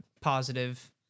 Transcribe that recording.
positive